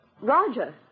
Roger